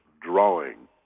drawing